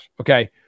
okay